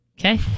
Okay